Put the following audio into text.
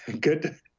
good